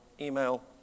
email